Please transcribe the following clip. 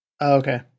Okay